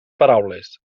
paraules